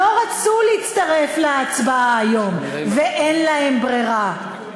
לא רצו להצטרף להצבעה היום ואין להם ברירה.